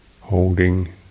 holding